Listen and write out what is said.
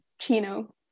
Chino